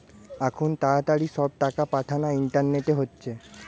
আখুন তাড়াতাড়ি সব টাকা পাঠানা ইন্টারনেটে হচ্ছে